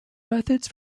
methods